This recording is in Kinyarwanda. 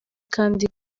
kandi